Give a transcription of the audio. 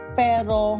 pero